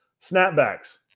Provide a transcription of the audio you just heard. snapbacks